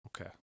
Okay